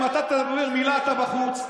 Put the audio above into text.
אם אתה אומר מילה אתה בחוץ.